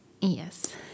Yes